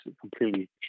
completely